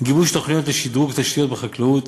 גיבוש תוכניות לשדרוג תשתיות בחקלאות,